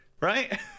right